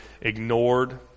ignored